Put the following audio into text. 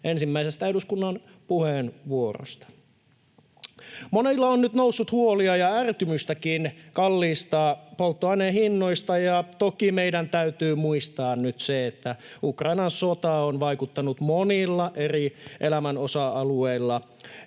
ensimmäisestä eduskunnan puheenvuorosta. Monilla on nyt noussut huolia ja ärtymystäkin kalliista polttoaineen hinnoista, ja toki meidän täytyy muistaa nyt se, että Ukrainan sota on vaikuttanut monilla eri elämän osa-alueilla